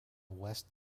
west